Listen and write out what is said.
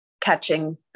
catching